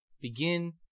begin